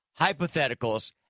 hypotheticals